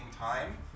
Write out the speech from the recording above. time